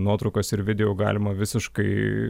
nuotraukos ir video jau galima visiškai